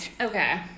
Okay